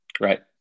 right